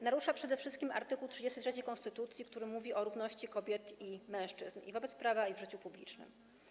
Narusza przede wszystkim art. 33 konstytucji, który mówi o równości kobiet i mężczyzn wobec prawa i w życiu publicznym.